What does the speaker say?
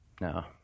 No